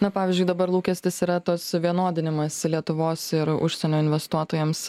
na pavyzdžiui dabar lūkestis yra tas vienodinimas lietuvos ir užsienio investuotojams